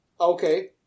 Okay